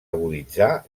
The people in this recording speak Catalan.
aguditzar